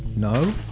no?